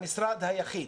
המשרד היחיד